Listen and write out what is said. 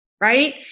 Right